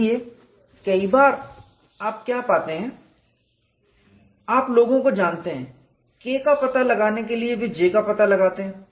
देखिए कई बार आप क्या पाते हैं आप लोगों को जानते हैं K का पता लगाने के लिए वे J का पता लगाते हैं